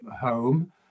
home